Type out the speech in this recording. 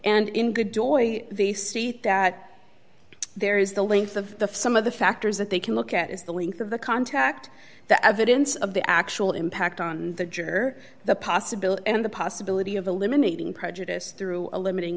boy the state that there is the length of the some of the factors that they can look at is the length of the contact the evidence of the actual impact on the juror the possibility and the possibility of eliminating prejudice through a limiting